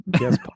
Yes